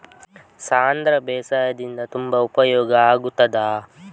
ಸಾಂಧ್ರ ಬೇಸಾಯದಿಂದ ತುಂಬಾ ಉಪಯೋಗ ಆಗುತ್ತದಾ?